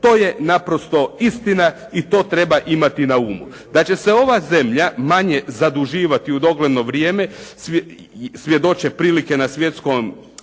To je naprosto istina i to treba imati na umu. Da će se ova zemlja manje zaduživati u dogledno vrijeme svjedoče prilike na svjetskom